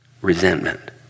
resentment